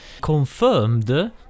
confirmed